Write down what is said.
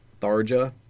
Tharja